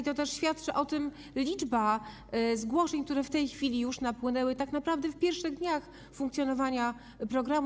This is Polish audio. I też świadczy o tym liczba zgłoszeń, które w tej chwili już napłynęły, tak naprawdę w pierwszych dniach funkcjonowania programu.